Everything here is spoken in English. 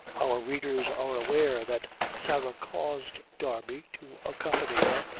our readers are aware that sarah caused darby to accompany her,